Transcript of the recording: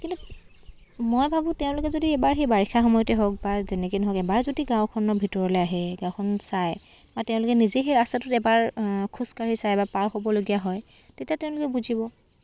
কিন্তু মই ভাবোঁ তেওঁলোকে যদি এবাৰ সেই বাৰিষাৰ সময়তে হওক বা যেনেকৈয়ে নহওক এবাৰ যদি গাঁওখনৰ ভিতৰলৈ আহে গাঁওখন চায় বা তেওঁলোকে নিজেই সেই ৰাস্তাটোত এবাৰ খোজ কাঢ়ি চায় বা পাৰ হ'বলগীয়া হয় তেতিয়া তেওঁলোকে বুজিব